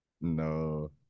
No